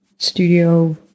studio